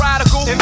Radical